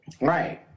Right